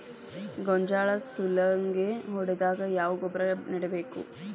ಗೋಂಜಾಳ ಸುಲಂಗೇ ಹೊಡೆದಾಗ ಯಾವ ಗೊಬ್ಬರ ನೇಡಬೇಕು?